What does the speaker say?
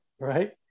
Right